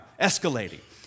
escalating